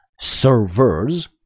servers